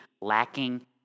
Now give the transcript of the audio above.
lacking